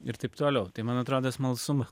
ir taip toliautai man atrodo smalsumą